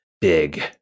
big